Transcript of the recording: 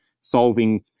solving